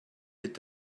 est